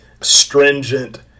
stringent